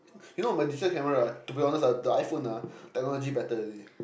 you know my digital camera to be honest ah the iPhone ah technology better already